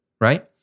right